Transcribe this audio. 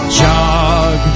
jog